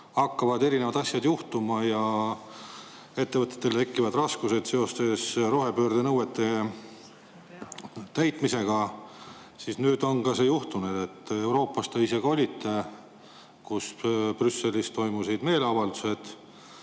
hakkavad erinevad asjad juhtuma ja ettevõtetel tekivad raskused seoses rohepöörde nõuete täitmisega, siis nüüd ongi nii juhtunud. Te olite ise ka Euroopas, kui Brüsselis toimusid meeleavaldused.